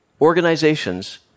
organizations